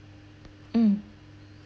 mm